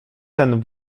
ten